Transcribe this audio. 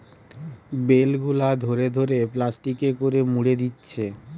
bell গুলা ধরে ধরে প্লাস্টিকে করে মুড়ে দিচ্ছে